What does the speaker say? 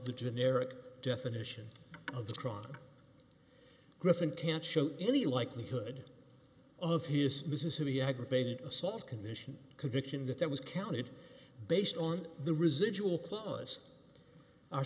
the generic definition of the strong griffin can't show any likelihood of his business in the aggravated assault condition conviction that that was counted based on the residual cla